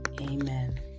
Amen